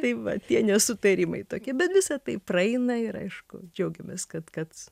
tai va tie nesutarimai tokie bet visa tai praeina ir aišku džiaugiamės kad kad